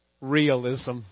realism